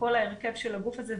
וכל ההרכב של הגוף הזה,